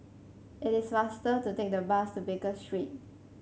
it is faster to take the bus to Baker Street